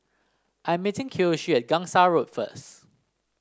I'm meeting Kiyoshi at Gangsa Road first